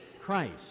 Christ